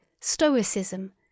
stoicism